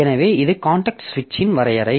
எனவே இது காண்டெக்ஸ்ட் சுவிட்சின் வரையறை